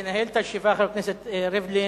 ינהל את הישיבה חבר הכנסת ריבלין,